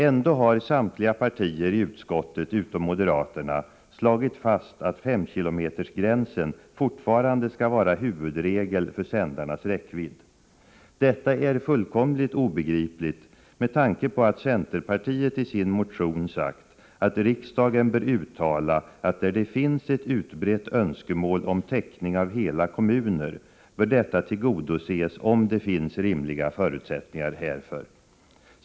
Ändå har samtliga partier i utskottet utom moderaterna slagit fast att 5 km-gränsen fortfarande skall vara huvudregel för sändarnas räckvidd. Detta är fullkomligt obegripligt med tanke på att centerpartiet i sin motion sagt att riksdagen bör uttala att där det finns ett utbrett önskemål om täckning av hela kommuner bör detta tillgodoses om det finns rimliga förutsättningar härför.